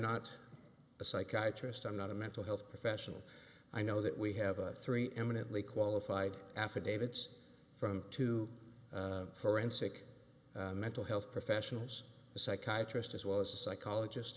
a psychiatrist i'm not a mental health professional i know that we have a three eminently qualified affidavits from two forensic mental health professionals a psychiatrist as well as a psychologist